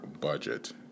budget